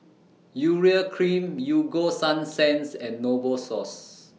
Urea Cream Ego Sunsense and Novosource